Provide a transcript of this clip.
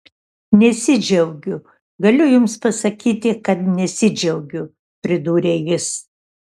nesidžiaugiu galiu jums pasakyti kad nesidžiaugiu pridūrė jis